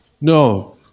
No